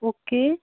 okay